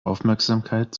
aufmerksamkeit